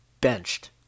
benched